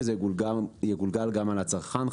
וזה יגולגל גם על הצרכן,